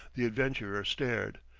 the adventurer stared.